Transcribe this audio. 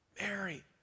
Mary